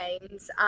games